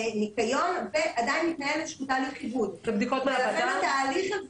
וניקיון ועדיין מתנהלת שיטה לכן התהליך הזה,